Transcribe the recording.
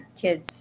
kids